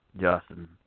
Justin